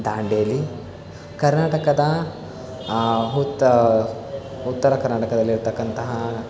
ದಾಂಡೇಲಿ ಕರ್ನಾಟಕದ ಹುತ್ತ ಉತ್ತರ ಕರ್ನಾಟಕದಲ್ಲಿರತಕ್ಕಂತಹ